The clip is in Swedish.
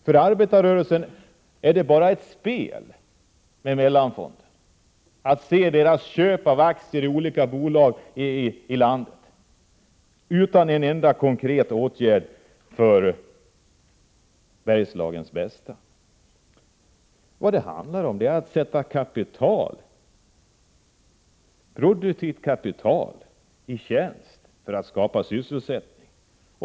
För arbetarrörelsen ter det sig som ett spel med Mellanfonden, när den ser dess köp av aktier i olika bolag i landet, men utan en enda konkret åtgärd till Bergslagens bästa. Det handlar om att sätta produktivt kapital i tjänst för att skapa sysselsättning.